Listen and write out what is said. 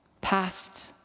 past